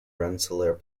rensselaer